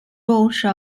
roche